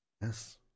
Yes